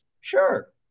sure